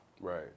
Right